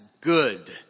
good